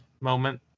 moment